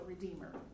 redeemer